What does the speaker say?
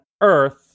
earth